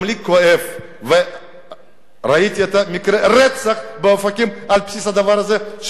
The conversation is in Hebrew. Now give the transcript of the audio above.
גם לי כואב וראיתי מקרה רצח באופקים על בסיס הדבר הזה,